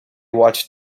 watched